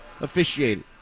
officiated